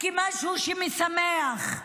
משהו משמח?